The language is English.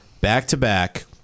back-to-back